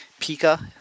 Pika